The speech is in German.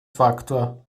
faktor